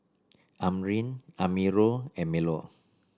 Amrin Amirul and Melur